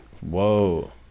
Whoa